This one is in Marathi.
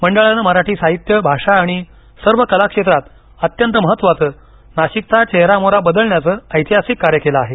मंडळानं मराठी साहित्य भाषा आणि सर्व कला क्षेत्रात अत्यंत महत्वाचंनाशिकचा चेहरा मोहरा बदलण्याचं ऐतिहासिक कार्य केलं आहे